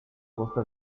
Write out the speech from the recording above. costa